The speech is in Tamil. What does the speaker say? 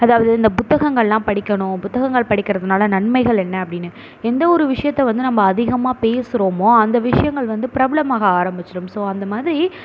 அதாவது இந்த புத்தகங்களெலாம் படிக்கணும் புத்தகங்கள் படிக்கிறதுனால நன்மைகள் என்ன அப்படின்னு எந்த ஒரு விஷயத்தை வந்து நம்ம அதிகமாக பேசுகிறோமோ அந்த விஷயங்கள் வந்து பிரபலமாக ஆரமிச்சுரும் ஸோ அந்த மாதிரி